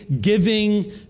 giving